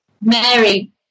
Mary